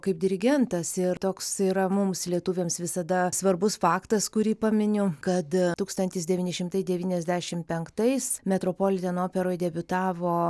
kaip dirigentas ir toks yra mums lietuviams visada svarbus faktas kurį paminiu kad tūkstantis devyni šimtai devyniasdešim penktais metropoliteno operoj debiutavo